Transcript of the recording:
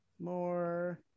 more